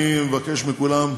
אני מבקש מכולם,